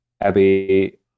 abby